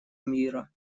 мира